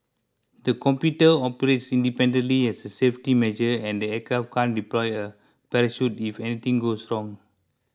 the computers operates independently as a safety measure and the aircraft can deploy a parachute if anything goes wrong